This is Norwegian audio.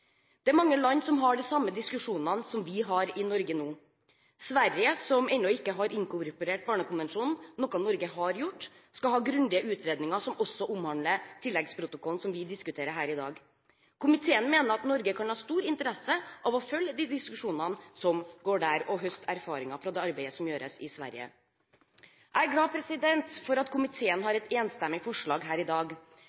Det er mange land som har de samme diskusjonene som vi har i Norge nå. Sverige, som ennå ikke har inkorporert Barnekonvensjonen – noe Norge har gjort, skal ha grundige utredninger som også omhandler tilleggsprotokollen som vi diskuterer her i dag. Komiteen mener at Norge kan ha stor interesse av å følge de diskusjonene som foregår i Sverige, og høste erfaringer fra det arbeidet som gjøres der. Jeg er glad for at komiteen har